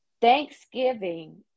Thanksgiving